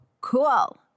cool